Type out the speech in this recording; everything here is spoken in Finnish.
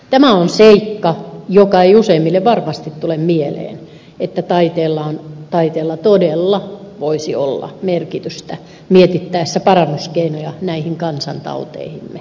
tämä on seikka joka ei useimmille varmasti tule mieleen että taiteella todella voisi olla merkitystä mietittäessä parannuskeinoja näihin kansantauteihimme